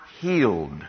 healed